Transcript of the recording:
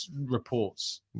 reports